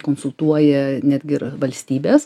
konsultuoja netgi ir valstybes